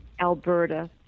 Alberta